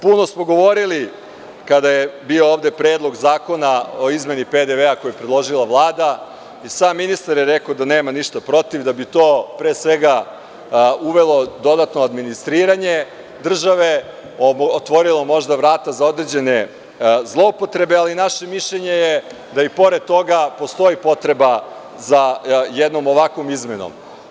Puno smo govorili kada je bio Predlog zakona o izmeni PDV koji je predložila Vlada i sam ministar je rekao da nema ništa protiv, da bi to pre svega uvelo dodatno administriranje države, otvorilo možda vrata za određene zloupotrebe, ali naše mišljenje je da i pored toga postoji potreba za jednom ovakvom izmenom.